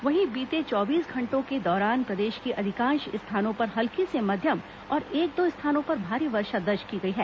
वहीं बीते चौबीस घंटों के दौरान प्रदेश के अधिकांश स्थानों पर हल्की से मध्यम और एक दो स्थानों पर भारी वर्षा दर्ज की गई है